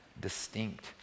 distinct